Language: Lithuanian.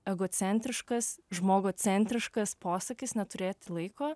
egocentriškas žmogo centriškas posakis neturėti laiko